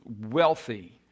wealthy